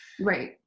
Right